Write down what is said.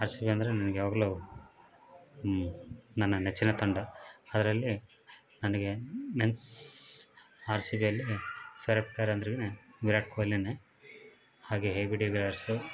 R C B ಅಂದರೆ ನನಗೆ ಯಾವಾಗಲು ನನ್ನ ನೆಚ್ಚಿನ ತಂಡ ಅದ್ರಲ್ಲಿ ನನಗೆ ಮೆನ್ಸ್ ಆರ್ ಸಿ ಬಿ ಅಲ್ಲಿ ಫೆವ್ರೇಟ್ ಪ್ಲೇಯರ್ ಅಂದ್ರೇ ವಿರಾಟ್ ಕೊಹ್ಲಿನೇ ಹಾಗೆ ಹೇ ಬಿ ಡಿ ವಿಲಿಯರ್ಸು